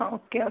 okay okay